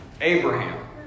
Abraham